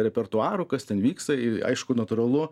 repertuaru kas ten vyksta i aišku natūralu